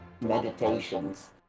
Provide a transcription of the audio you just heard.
meditations